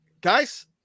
guys